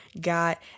got